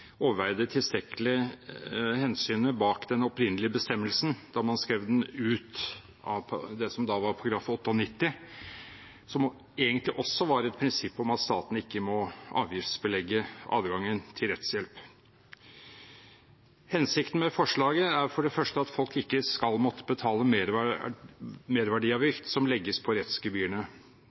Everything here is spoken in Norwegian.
overveide tilstrekkelig hensynet bak den opprinnelige bestemmelsen da man skrev ut av Grunnloven det som da var § 98, som egentlig også var et prinsipp om at staten ikke må avgiftsbelegge adgangen til rettshjelp. Hensikten med forslaget er for det første at folk ikke skal måtte betale merverdiavgift som legges på rettsgebyrene.